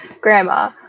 grandma